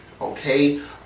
okay